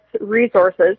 resources